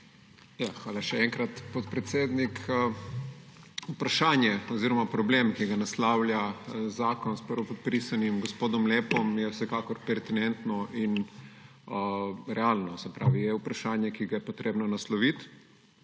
Hvala, še enkrat, podpredsednik. Vprašanje oziroma problem, ki ga naslavlja zakon s prvopodpisanim gospodom Lepom, je vsekakor pertinentno in realno. Se pravi, je vprašanje, ki ga je treba nasloviti.